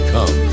Come